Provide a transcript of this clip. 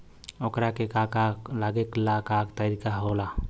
ओकरा के का का लागे ला का तरीका होला?